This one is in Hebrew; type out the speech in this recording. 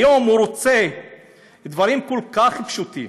היום הוא רוצה דברים כל כך פשוטים,